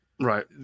Right